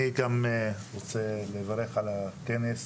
אני גם רוצה לברך על הכנס.